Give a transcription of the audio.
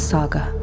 Saga